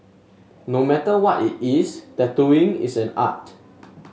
no matter what it is tattooing is an art